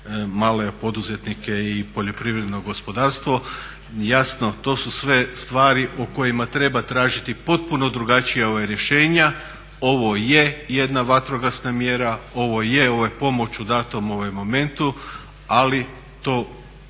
male poduzetnike i poljoprivredno gospodarstvo. Jasno to su sve stvari o kojima treba tražiti potpuno drugačija rješenja. Ovo je jedna vatrogasna mjera, ovo je, ovo je pomoć u datom momentu, ali ta